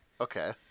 Okay